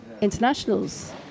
Internationals